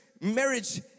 marriage